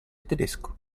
tedesco